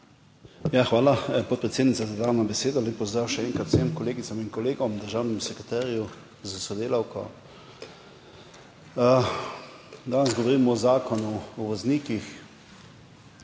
Hvala, podpredsednica, za dano besedo. Lep pozdrav še enkrat vsem kolegicam in kolegom, državnemu sekretarju s sodelavko! Danes govorimo o Zakonu o voznikih.